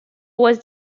was